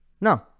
No